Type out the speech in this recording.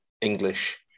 English